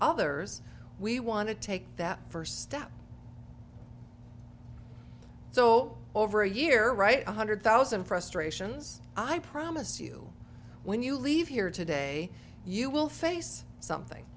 others we want to take that first step so over a year right one hundred thousand frustrations i promise you when you leave here today you will face something